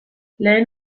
lehen